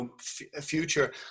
future